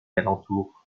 alentours